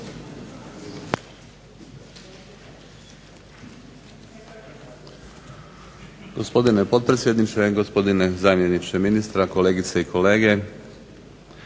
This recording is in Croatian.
Hvala vam.